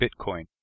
Bitcoin